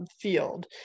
field